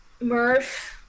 Murph